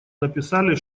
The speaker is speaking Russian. написали